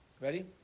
Ready